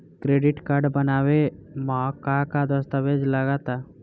Credit card बनवावे म का का दस्तावेज लगा ता?